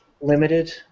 Limited